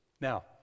Now